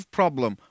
problem